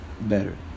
better